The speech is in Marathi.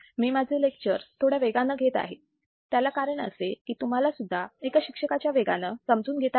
मी माझे लेक्चर्स थोड्या वेगाने घेत आहे त्याला कारण असे की तुम्हाला सुद्धा एका शिक्षकाच्या वेगाने समजून घेता यावे